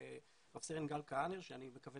עם רס"ן גל כהנר שאני מקווה